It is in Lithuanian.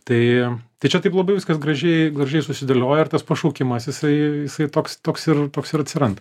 tai tai čia taip labai viskas gražiai gražiai susidėlioja ir tas pašaukimas jisai jisai toks toks ir toks ir atsiranda